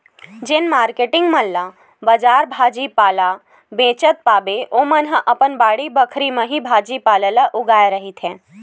जेन मारकेटिंग मन ला बजार भाजी पाला बेंचत पाबे ओमन ह अपन बाड़ी बखरी म ही भाजी पाला ल उगाए रहिथे